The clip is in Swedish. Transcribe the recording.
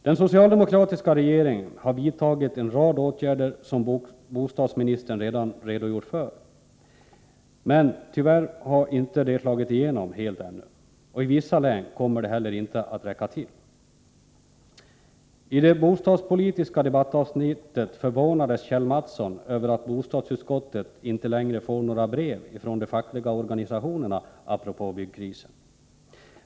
Den socialdemokratiska regeringen har vidtagit en rad åtgärder, som bostadsministern redan har redogjort för. Men tyvärr har de inte slagit igenom helt, och i vissa län kommer de inte heller att räcka till. I det bostadspolitiska debattavsnittet förvånades Kjell Mattsson över att bostadsutskottet inte längre får några brev ifrån de fackliga organisationerna apropå byggkrisen.